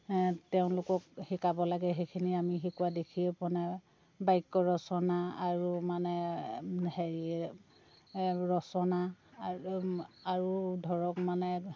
তেওঁলোকক শিকাব লাগে সেইখিনি আমি শিকোৱা দেখিও পোৱা নাই বাক্য ৰচনা আৰু মানে হেৰি ৰচনা আৰু আৰু ধৰক মানে